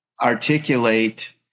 articulate